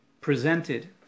presented